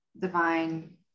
divine